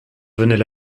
venait